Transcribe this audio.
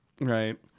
Right